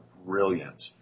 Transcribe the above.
brilliant